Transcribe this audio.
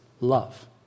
love